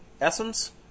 essence